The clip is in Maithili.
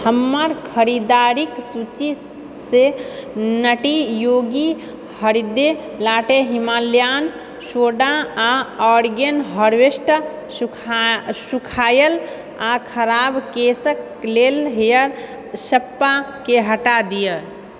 हमर खरीदारिक सूचीसँ नट्टी योगी हरदि लाट्टे हिमालयन सोडा आ आर्गेनिक हार्वेस्ट सूखाएल आ खराब केशक लेल हेयर स्पाके हटा दिअऽ